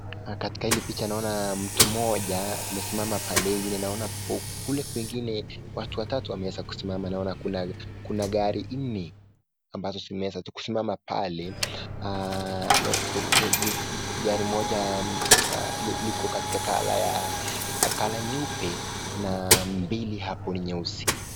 Katika hili picha naona mtu mmoja amesimama pande hii ingine. Naona kule kwingine watu watatu wameweza kusimama. Naona kuna kuna gari nne ambazo zimeweza kusimama pale. Gari moja liko katika color ya nyeupe na mbili hapo ni nyeusi.